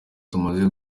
tumaze